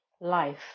life